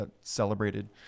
celebrated